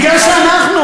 בגלל מה שאנחנו.